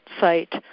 site